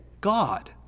God